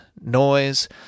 noise